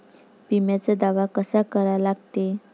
बिम्याचा दावा कसा करा लागते?